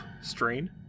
strain